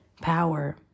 power